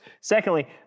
Secondly